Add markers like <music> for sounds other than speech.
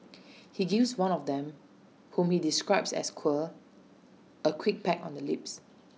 <noise> he gives one of them whom he describes as queer A quick peck on the lips